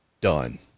done